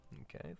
Okay